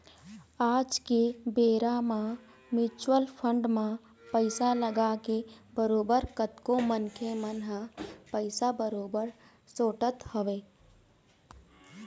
आज के बेरा म म्युचुअल फंड म पइसा लगाके बरोबर कतको मनखे मन ह पइसा बरोबर सोटत हवय